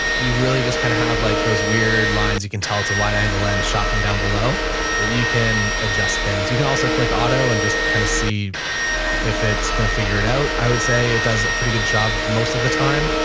you really just kind of have like those weird lines, you can tell it's a wide angle lens shot from down below that you can adjust things. you can also click auto and just kind of see if it's going to figure it out. i would say it does a pretty good job most of the time,